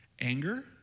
anger